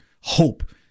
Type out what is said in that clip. hope